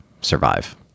survive